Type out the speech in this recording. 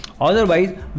otherwise